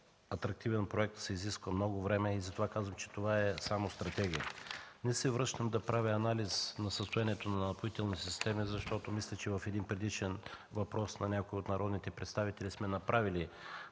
атрактивен проект, се изисква много време и затова казвам, че това е само стратегия. Не се връщам да правя анализ за състоянието на „Напоителни системи”, защото мисля, че в един предишен въпрос на някой от народните представители сме направили